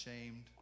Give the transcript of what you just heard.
ashamed